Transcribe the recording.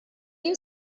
you